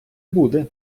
буде